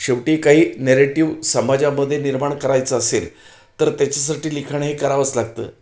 शेवटी काही नेरेटिव समाजामध्ये निर्माण करायचं असेल तर त्याच्यासाठी लिखाण हे करावंच लागतं